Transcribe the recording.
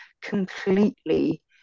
completely